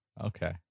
Okay